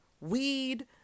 weed